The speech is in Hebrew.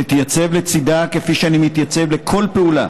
אתייצב לצידה כפי שאני מתייצב לכל פעולה